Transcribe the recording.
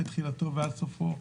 מתחילתו ועד סופו,